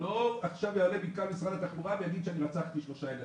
לא שעכשיו יעלה מנכ"ל משרד התחבורה ויגיד שאני רצחתי שלושה ילדים,